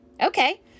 Okay